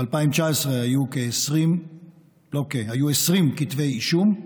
ב-2019 היו 20 כתבי אישום,